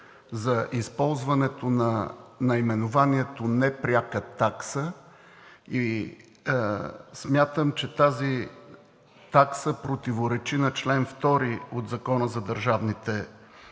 за използването на наименованието „не пряка такса“ и смятам, че тази такса противоречи на чл. 2 от Закона за държавните такси,